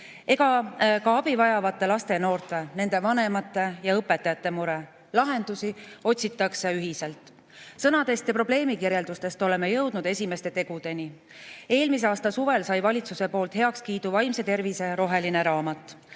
ega ka abivajavate laste ja noorte, nende vanemate ja õpetajate mure. Lahendusi otsitakse ühiselt. Sõnadest ja probleemikirjeldustest oleme jõudnud esimeste tegudeni. Eelmise aasta suvel sai valitsuse heakskiidu vaimse tervise roheline raamat.